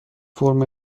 فرم